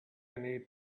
need